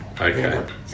Okay